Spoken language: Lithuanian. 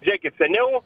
žėkit seniau